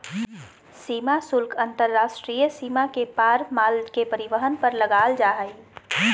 सीमा शुल्क अंतर्राष्ट्रीय सीमा के पार माल के परिवहन पर लगाल जा हइ